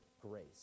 grace